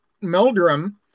Meldrum